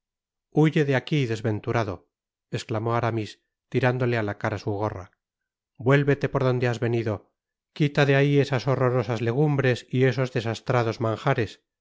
huye de aqui desventurado esclamó aramis tirándole á la cara su gorra vuélvete por donde has venido quita de ahi esas horrorosas legumbres y esos desastrados manjares